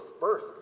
birth